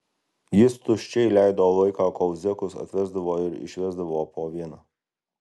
jis tuščiai leido laiką kol zekus atvesdavo ir išvesdavo po vieną